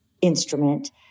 instrument